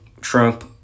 Trump